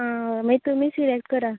आं मागीर तुमी सिलेक्ट करा